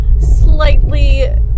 slightly